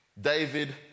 David